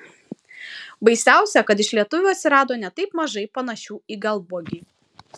baisiausia kad iš lietuvių atsirado ne taip mažai panašių į galbuogį